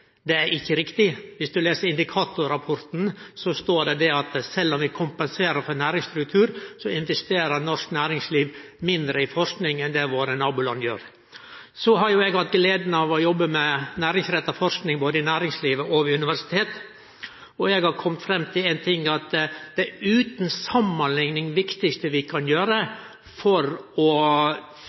Det er ikkje riktig. Viss du les indikatorrapporten, står det at sjølv om vi kompenserer for næringsstruktur, så investerer norsk næringsliv mindre i forsking enn det våre naboland gjer. Eg har hatt gleda av å jobbe med næringsretta forsking både i næringslivet og ved universitet, og eg har kome fram til at det utan samanlikning viktigaste vi kan gjere for å